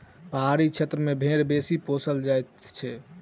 पहाड़ी क्षेत्र मे भेंड़ बेसी पोसल जाइत छै